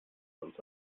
sonst